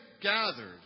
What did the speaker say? gathered